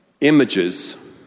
Images